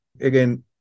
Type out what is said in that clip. again